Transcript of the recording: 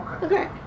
Okay